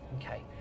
Okay